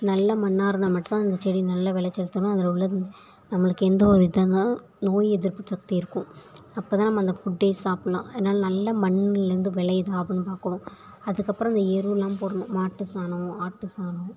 நல்ல மண்ணாக இருந்தால் மட்டும் தான் அந்த செடி நல்ல வெளைச்சல் தரும் அதில் உள்ள நம்மளுக்கு எந்த ஒரு இதாக இருந்தாலும் நோய் எதிர்ப்பு சக்தி இருக்கும் அப்போத்தான் நம்ம அந்த ஃபுட்டே சாப்பிட்லாம் அதனால் நல்ல மண்ணுலேருந்து விளையுதா அப்படின்னு பார்க்கணும் அதுக்கப்புறம் அந்த எருவெல்லாம் போடணும் மாட்டு சாணம் ஆட்டு சாணம்